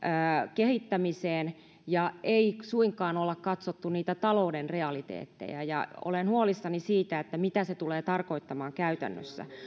kehittämiseen ja ei suinkaan olla katsottu niitä talouden realiteetteja ja olen huolissani siitä mitä se tulee tarkoittamaan käytännössä